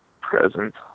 present